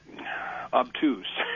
obtuse